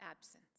absence